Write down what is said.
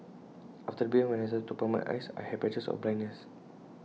after the big bang when I started to open my eyes I had patches of blindness